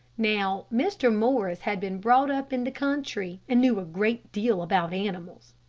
now, mr. morris had been brought up in the country, and knew a great deal about animals,